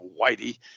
Whitey